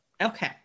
okay